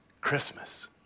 Christmas